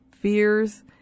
fears